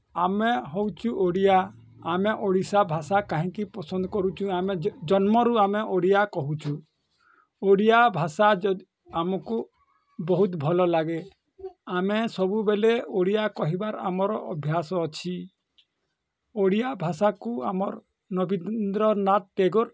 ଆମେ ହଉଚୁ ଓଡ଼ିଆ ଆମେ ଓଡ଼ିଶା ଭାଷା କାହିଁକି ପସନ୍ଦ କରୁଛୁ ଆମେ ଜନ୍ମରୁ ଆମେ ଓଡ଼ିଆ କହୁଛୁ ଓଡ଼ିଆ ଭାଷା ଯଦି ଆମକୁ ବହୁତ ଭଲ ଲାଗେ ଆମେ ସବୁବେଲେ ଓଡ଼ିଆ କହିବାର ଆମର ଅଭ୍ୟାସ ଅଛି ଓଡ଼ିଆ ଭାଷାକୁ ଆମର ରବୀନ୍ଦ୍ର ନାଥ ଟେଗୋର